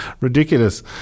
ridiculous